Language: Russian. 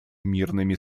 мирными